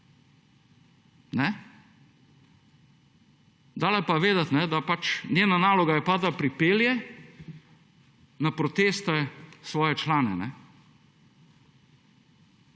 Dala je pa vedeti, da pač njena naloga je pa, da pripelje na proteste svoje člane.